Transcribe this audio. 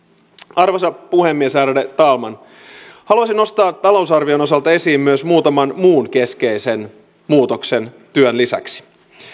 arvoisa puhemies ärade talman haluaisin nostaa talousarvion osalta esiin myös muutaman muun keskeisen muutoksen työn lisäksi